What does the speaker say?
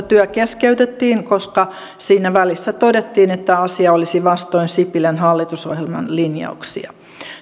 työ keskeytettiin koska siinä välissä todettiin että asia olisi vastoin sipilän hallitusohjelman linjauksia